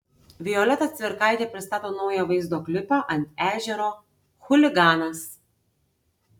violeta cvirkaitė pristato naują vaizdo klipą ant ežero chuliganas